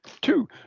two